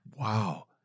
wow